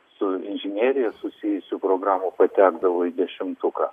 su inžinerija susijusių programų patekdavo į dešimtuką